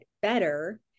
better